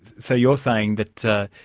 so you're saying that